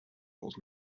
old